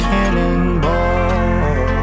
Cannonball